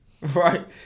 right